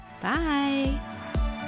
Bye